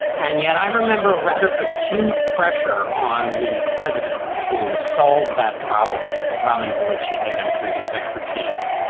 and yet i remember rather acute pressure on the president to solve that problem, a problem for which he had no previous expertise.